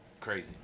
Crazy